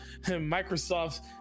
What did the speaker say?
microsoft